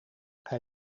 hij